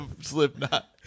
Slipknot